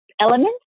elements